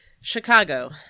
Chicago